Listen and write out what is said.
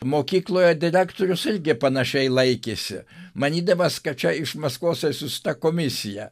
mokykloje direktorius irgi panašiai laikėsi manydamas kad čia iš maskvos atsiųsta komisija